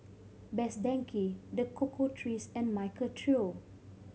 Best Denki The Cocoa Trees and Michael Trio